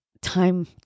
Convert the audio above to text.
time